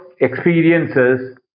experiences